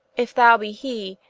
if thou be he,